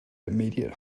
immediate